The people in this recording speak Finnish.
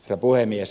herra puhemies